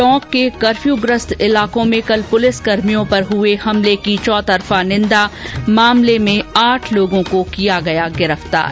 टोंक के कर्फ्यग्रस्त इलाकों में कल पुलिसकर्मियों पर हुए हमले की चौतरफा निंदा मामले में आठ लोगों को किया गया गिरफ्तार